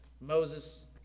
Moses